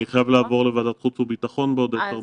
אני חייב לעבור לוועדת החוץ והביטחון בעוד עשר דקות.